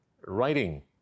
writing